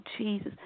Jesus